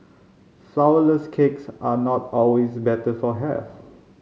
flourless cakes are not always better for health